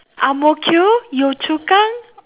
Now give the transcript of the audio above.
ang-mo-kio yio-chu-kang